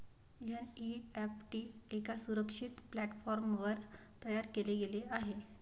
NEFT एका सुरक्षित प्लॅटफॉर्मवर तयार केले गेले आहे